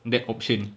that option